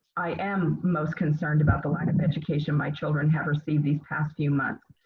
i am most concerned about the lack of education my children have received these past few months.